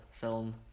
film